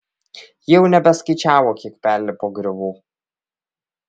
ji jau nebeskaičiavo kiek perlipo griovų